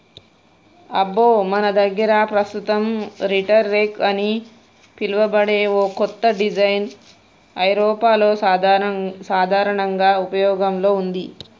అబ్బో మన దగ్గర పస్తుతం రీటర్ రెక్ అని పిలువబడే ఓ కత్త డిజైన్ ఐరోపాలో సాధారనంగా ఉపయోగంలో ఉంది